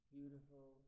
Beautiful